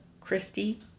Christy